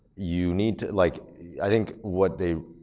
you need to like, i think what they,